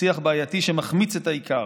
שיח בעייתי שמחמיץ את העיקר.